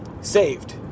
saved